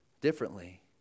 differently